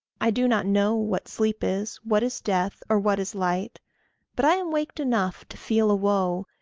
i do not know what sleep is, what is death, or what is light but i am waked enough to feel a woe,